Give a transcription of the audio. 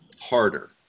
harder